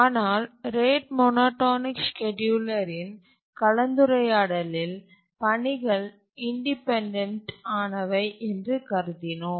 ஆனால் rate monotonic ஸ்கேட்யூலர்களின் கலந்துரையாடலில் பணிகள் இண்டிபெண்டன்ட் ஆனவை என்று கருதினோம்